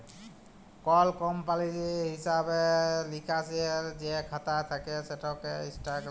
call কমপালির হিঁসাব লিকাসের যে খাতা থ্যাকে সেটা ইস্ট্যাটমেল্টে লিখ্যে দেয়